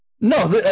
No